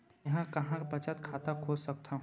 मेंहा कहां बचत खाता खोल सकथव?